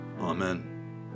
Amen